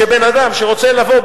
שבן-אדם שרוצה לבוא,